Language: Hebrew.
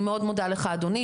אני מאוד מודה לך אדוני.